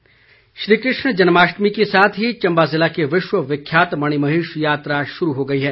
मणिमहेश श्री कृष्ण जन्माष्टमी के साथ ही चंबा ज़िले की विश्व विख्यात मणिमहेश यात्रा शुरू हो गई है